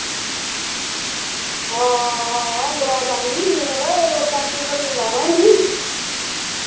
हां बरात जानी मतलब ऐ टैंट ते लाना नी